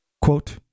Quote